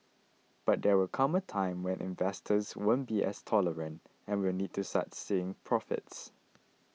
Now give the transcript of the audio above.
but there will come a time when investors won't be as tolerant and will need to start seeing profits